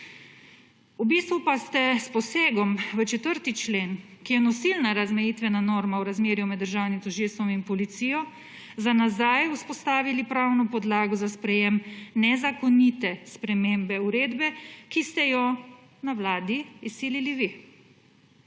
V bistvu pa ste s posegom v 4. člen, ki je nosilna razmejitvena norma v razmerju med državnim tožilstvom in policijo, za nazaj vzpostavili pravno podlago za sprejetje nezakonite spremembe uredbe, ki ste jo na vladi izsilili vi.